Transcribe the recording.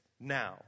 now